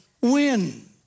win